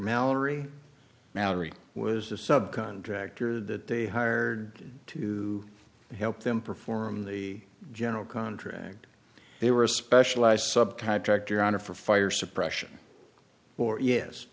mallory mallory was a sub contractor that they hired to help them perform the general contract they were a specialized subtype tractor on or for fire suppression or yes